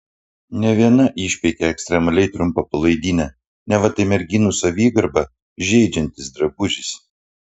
ne viena išpeikė ekstremaliai trumpą palaidinę neva tai merginų savigarbą žeidžiantis drabužis